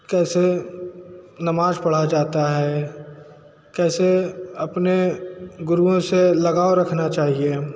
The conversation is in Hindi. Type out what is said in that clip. कैसे नमाज़ पढ़ा जाता है कैसे अपने गुरुओं से लगाव रखना चाहिए